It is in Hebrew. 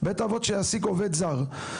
בית אבות שיעסיק עובד זר,